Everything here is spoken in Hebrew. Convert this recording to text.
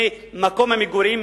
ממקום המגורים,